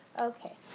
Okay